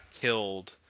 killed